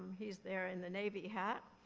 he's there in the navy hat.